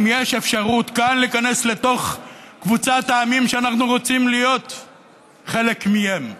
אם יש אפשרות כאן להיכנס לתוך קבוצת העמים שאנחנו רוצים להיות חלק מהם,